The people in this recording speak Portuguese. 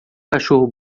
cachorro